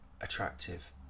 attractive